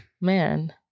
Man